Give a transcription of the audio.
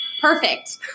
Perfect